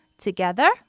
Together